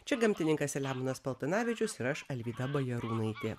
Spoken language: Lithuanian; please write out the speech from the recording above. čia gamtininkas selemonas paltanavičius ir aš alvyda bajarūnaitė